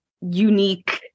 unique